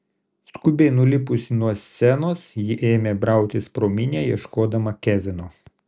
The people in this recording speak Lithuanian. skubiai nulipusi nuo scenos ji ėmė brautis pro minią ieškodama kevino